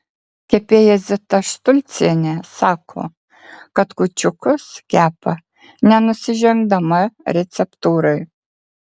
kepėja zita štulcienė sako kad kūčiukus kepa nenusižengdama receptūrai